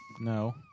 No